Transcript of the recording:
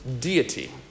deity